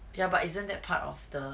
ya but isn't that part of the